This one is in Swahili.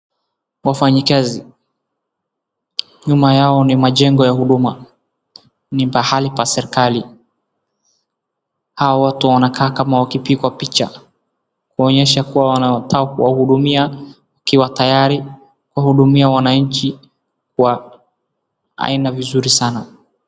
Wafanyikazi, nyuma yao ni majengo ya huduma. Ni pahali pa serikali. Hao watu wanakaa kama wakipigwa picha kuonyesha kuwa wanataka kuwahudumia wakiwa tayari kuwahudumia wananchi kwa aina vizuri sana.